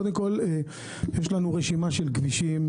קודם כול, יש לנו רשימה של כבישים,